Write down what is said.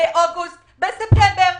אוגוסט וספטמבר,